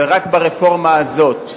ורק ברפורמה הזאת באמת,